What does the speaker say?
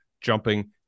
jumping